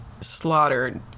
slaughtered